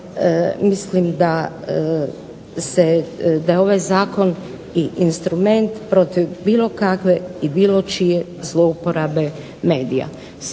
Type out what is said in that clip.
mislim da je ovaj zakon i instrument protiv bilo kakve i bilo čije zlouporabe medija.